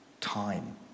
time